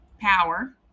power